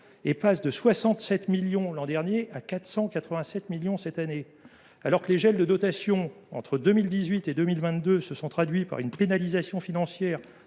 l’an dernier, elle passe à 487 millions cette année. Alors que les gels de dotation entre 2018 et 2022 se sont traduits par une pénalisation financière